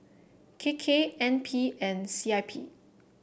K K N P and C I P